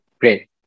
Great